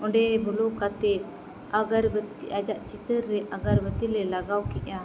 ᱚᱸᱰᱮ ᱵᱚᱞᱚ ᱠᱟᱛᱮᱫ ᱟᱜᱚᱨᱵᱟᱹᱛᱤ ᱟᱡᱟᱜ ᱪᱤᱛᱟᱹᱨ ᱨᱮ ᱟᱜᱚᱨᱵᱟᱹᱛᱤᱞᱮ ᱞᱟᱜᱟᱣᱠᱮᱫᱼᱟ